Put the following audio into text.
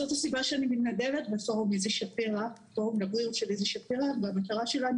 זאת הסיבה שאני מתנדבת בפורום איזי שפירא והמטרה שלנו